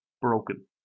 broken